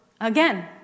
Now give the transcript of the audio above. again